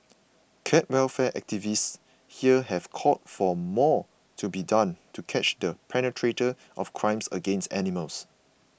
cat welfare activists here have called for more to be done to catch the perpetrators of crimes against animals